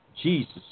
Jesus